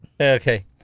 Okay